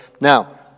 Now